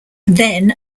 then